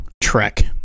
Trek